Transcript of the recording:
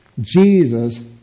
Jesus